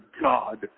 God